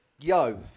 Yo